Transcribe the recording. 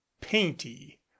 painty